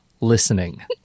listening